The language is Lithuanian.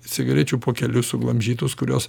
cigarečių pokelius suglamžytus kuriuos